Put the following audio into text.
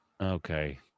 Okay